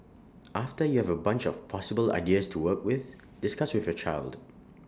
after you have A bunch of possible ideas to work with discuss with your child